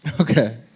Okay